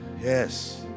Yes